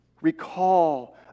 Recall